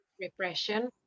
repression